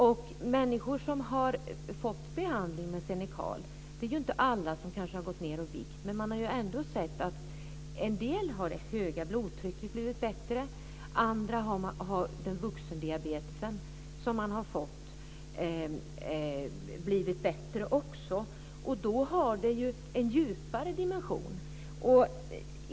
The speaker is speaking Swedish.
Alla människor som har fått behandling med Xenical har kanske inte gått ned i vikt, men man har ändå sett att en del med högt blodtryck har blivit bättre. Andra som har fått vuxendiabetes har också blivit bättre, och då har det ju en djupare dimension.